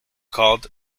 called